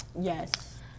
Yes